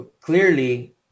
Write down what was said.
clearly